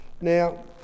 Now